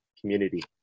community